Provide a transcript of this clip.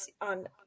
on